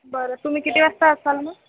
बरं तुम्ही किती वाजता असाल मग